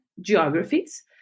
geographies